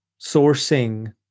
sourcing